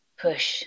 push